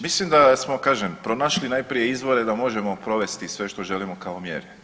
Mislim da smo kažem pronašli najprije izvore da možemo provesti sve što želimo kao mjere.